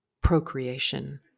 procreation